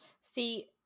see